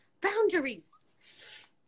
boundaries